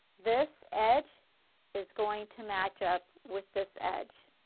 this edge is going to match up with this edge.